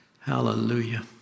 Hallelujah